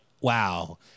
wow